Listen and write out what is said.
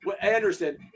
Anderson